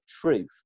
truth